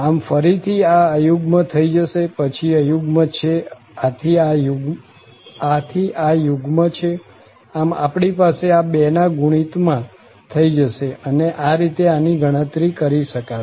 આમ ફરી થી આ અયુગ્મ થઇ જશે પછી અયુગ્મ છે આથી આ યુગ્મ છે આમ આપણી પાસે આ 2 ના ગુણિત માં થઇ જશે અને આ રીતે આની ગણતરી કરી શકાશે